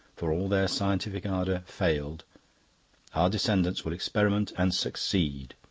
for all their scientific ardour, failed our descendants will experiment and succeed.